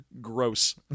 Gross